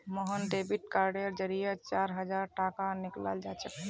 Mohan debit कार्डेर जरिए चार हजार टाका निकलालछोक